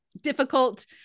difficult